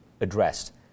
addressed